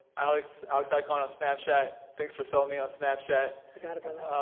alex alex icon on snapchat. thanks for selling me on snapchat. you got it, brother.